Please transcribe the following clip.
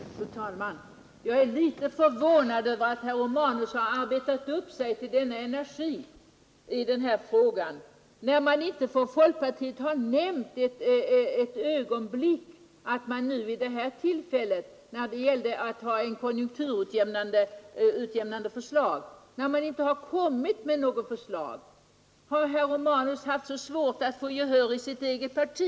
Fru talman! Jag är litet förvånad över att herr Romanus mobiliserat så stor energi i denna fråga, när man inte ens från folkpartiet vid detta tillfälle, då det gällde att lägga fram konjunkturutjämnande förslag, har kommit med några sådana här förslag. Har herr Romanus haft svårt att vinna gehör i sitt eget parti?